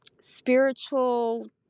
spiritual